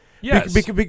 Yes